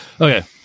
okay